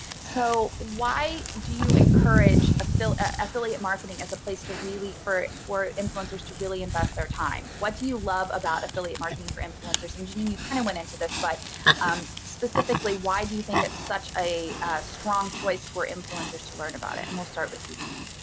so why do you encourage affiliate affiliate marketing as a place for for influencers to really invest their time? what do you love about affiliate marketing for influencers? and jeannine, you kind of went into this. but specifically, why do you think it's such a strong choice for influencers to learn about it? and we'll start with you, jeannine.